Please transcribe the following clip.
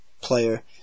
player